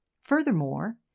Furthermore